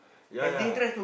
ya ya